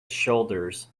shoulders